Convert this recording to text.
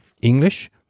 English